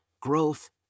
growth